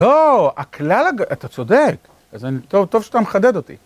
‫לא, הכלל... אתה צודק. ‫טוב שאתה מחדד אותי.